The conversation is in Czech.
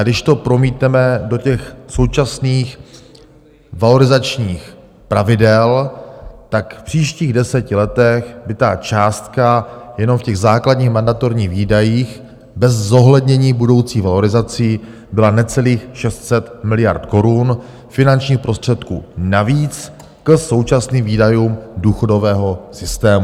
Když to promítneme do těch současných valorizačních pravidel, tak v příštích deseti letech by ta částka jenom v těch základních mandatorních výdajích, bez zohlednění budoucích valorizací, byla necelých 600 miliard korun finančních prostředků navíc k současným výdajům důchodového systému.